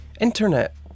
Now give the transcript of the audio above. internet